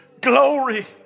glory